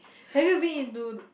have you been into